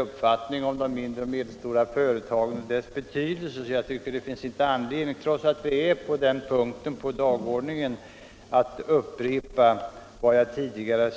uppfattning om de mindre och medelstora företagen och deras betydelse. Jag skall inte upprepa det trots att vi nu behandlar punkten om mindre och medelstora företag på dagordningen.